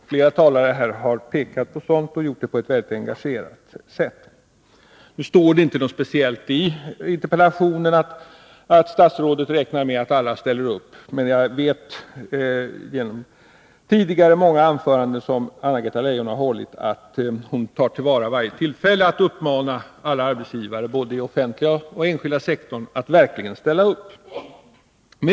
Flera talare har pekat på detta — och det på ett mycket engagerat sätt. Det stod inte något speciellt i interpellationssvaret om att statsrådet räknar med att alla ställer upp. Men jag vet, efter att ha hört många tidigare anföranden som Anna-Greta Leijon har hållit, att hon tar till vara varje tillfälle att uppmana alla arbetsgivare, både i den offentliga och i den enskilda sektorn; att verkligen ställa upp.